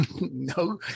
no